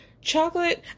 chocolate